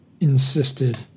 insisted